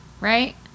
right